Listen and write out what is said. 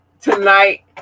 tonight